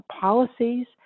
policies